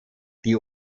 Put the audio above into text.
die